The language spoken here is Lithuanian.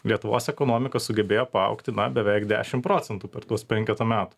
lietuvos ekonomika sugebėjo paaugti beveik dešim procentų per tuos penketą met